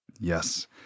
Yes